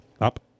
Up